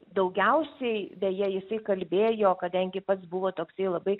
daugiausiai beje jisai kalbėjo kadangi pats buvo toksai labai